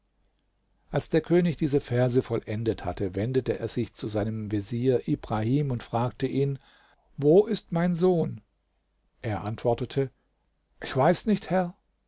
als der könig diese verse vollendet hatte wendete er sich zu seinem vezier ibrahim und fragte ihn wo ist mein sohn er antwortete ach weiß nicht herr